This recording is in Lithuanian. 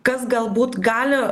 kas galbūt gali